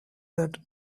that